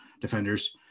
defenders